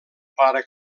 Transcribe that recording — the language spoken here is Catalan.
pare